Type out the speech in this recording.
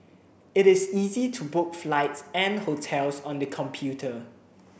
it is easy to book flights and hotels on the computer